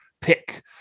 pick